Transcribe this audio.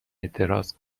اعتراض